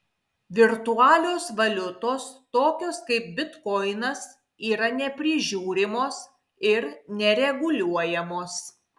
virtualios valiutos tokios kaip bitkoinas yra neprižiūrimos ir nereguliuojamos